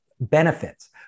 benefits